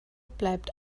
bleibt